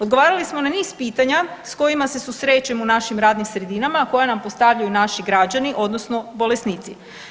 Odgovarali smo na niz pitanja s kojima se susrećemo u našim radnim sredinama, a koja nam postavljaju naši građani, odnosno bolesnici.